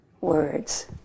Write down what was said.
words